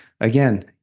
again